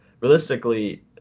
realistically